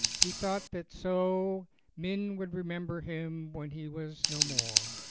he thought that so men would remember him when he was no more.